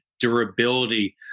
durability